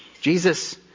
Jesus